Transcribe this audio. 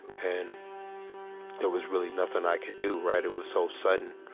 and there was really nothing i could do, right? it was so sudden.